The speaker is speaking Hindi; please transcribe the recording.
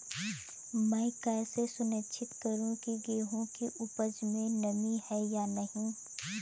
मैं कैसे सुनिश्चित करूँ की गेहूँ की उपज में नमी है या नहीं?